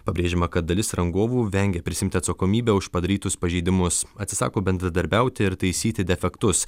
pabrėžiama kad dalis rangovų vengia prisiimti atsakomybę už padarytus pažeidimus atsisako bendradarbiauti ir taisyti defektus